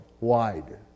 Wide